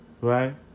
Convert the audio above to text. right